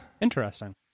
interesting